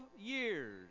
years